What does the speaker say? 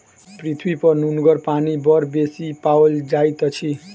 पृथ्वीपर नुनगर पानि बड़ बेसी पाओल जाइत अछि